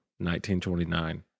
1929